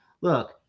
look